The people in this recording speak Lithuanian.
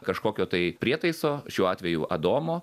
kažkokio tai prietaiso šiuo atveju adomo